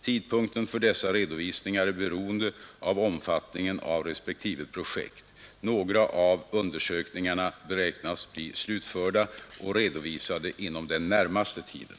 Tidpunkten för dessa redovisningar är beroende av omfattningen av respektive projekt. Några av undersökningarna beräknas bli slutförda och redovisade inom den närmaste tiden.